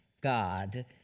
God